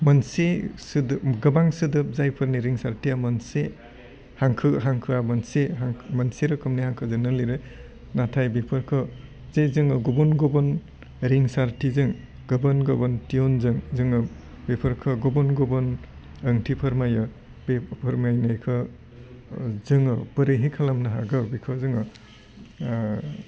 मोनसे सोदोब गोबां सोदोब जायफोरनि रिंसारथिया मोनसे हांखो हांखोआ मोनसे हां मोनसे रोखोमनि हांखोजोंनो लिरो नाथाइ बेफोरखौ जे जोङो गुबुन गुबुन रिंसारथिजों गुबुन गुबुन थिउनजों जोङो बेफोरखौ गुबुन गुबुन ओंथि फोरमायो बे फोरमायनायखौ जोङो बोरैहै खालामनो हागौ बिखौ जोङो